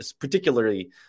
particularly